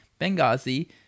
Benghazi